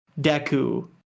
deku